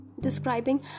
describing